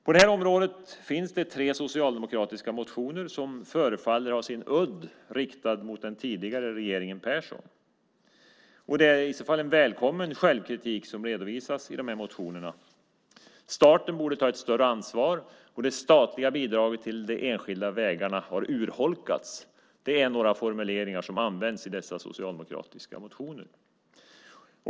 På det här området finns det tre socialdemokratiska motioner som förefaller ha sin udd riktad mot den tidigare regeringen Persson. Det är i så fall en välkommen självkritik som redovisas i de här motionerna. Ett par formuleringar som används i dessa socialdemokratiska motioner är att staten borde ta ett större ansvar och att det statliga bidraget till de enskilda vägarna har urholkats.